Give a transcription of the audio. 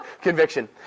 Conviction